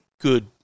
good